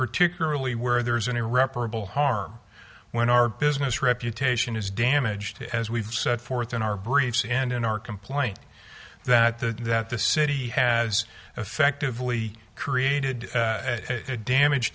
particularly where there's an irreparable harm when our business reputation is damaged as we've set forth in our briefs and in our complaint that the that the city has effectively created the damage